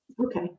Okay